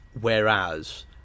whereas